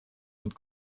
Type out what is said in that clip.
und